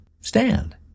stand